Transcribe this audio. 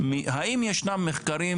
האם ישנם מחקרים